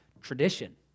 tradition